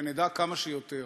שנדע כמה שיותר.